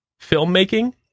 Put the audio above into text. filmmaking